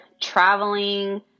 traveling